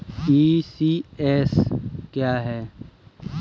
ECS क्या है?